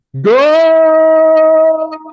Go